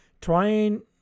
Trying